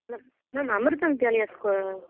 ma'am ma'am Amirtham Vidyalaya school